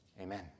amen